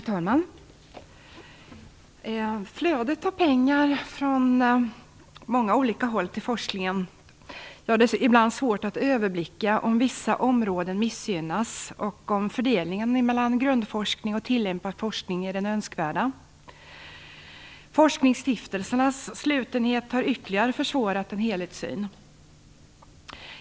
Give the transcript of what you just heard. Herr talman! Flödet av pengar från många olika håll till forskningen gör det ibland svårt att överblicka om vissa områden missgynnas och om fördelningen mellan grundforskning och tillämpad forskning är den önskvärda. Forskningsstiftelsernas slutenhet har ytterligare försvårat en helhetssyn.